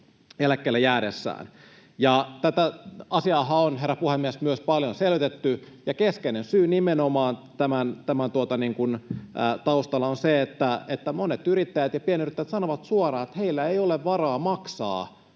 eläkkeelle jäädessään. Tätä asiaahan on, herra puhemies, myös paljon selvitetty, ja nimenomaan keskeinen syy tämän taustalla on se, että monet yrittäjät ja pienyrittäjät sanovat suoraan, että heillä ei ole varaa maksaa